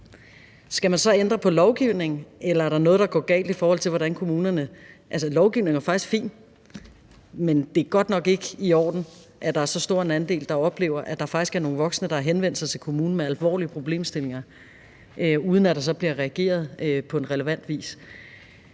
Skal man så ændre på lovgivningen, eller er der noget, der går galt, i forhold til hvordan kommunerne reagerer? Lovgivningen er faktisk fin, men det er godt nok ikke i orden, at der er en så stor andel, der oplever, at der faktisk er nogle voksne, der har henvendt sig til kommunen med alvorlige problemstillinger, uden at der så bliver reageret på relevant vis.